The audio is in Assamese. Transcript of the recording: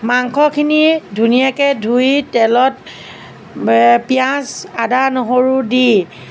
মাংসখিনি ধুনীয়াকৈ ধুই তেলত পিঁয়াজ আদা নহৰু দি